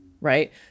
Right